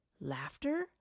laughter